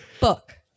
book